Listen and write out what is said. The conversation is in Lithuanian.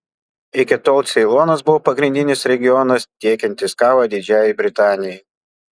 iki tol ceilonas buvo pagrindinis regionas tiekiantis kavą didžiajai britanijai